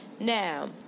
Now